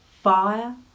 fire